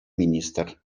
министр